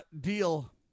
deal